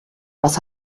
was